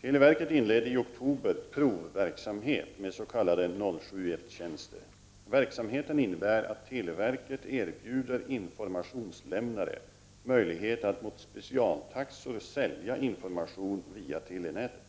Televerket inledde i oktober provverksamhet med s.k. 071-tjänster. Verksamheten innebär att televerket erbjuder informationslämnare möjlighet att mot specialtaxor sälja information via telenätet.